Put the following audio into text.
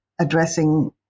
addressing